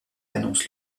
annonce